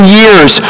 years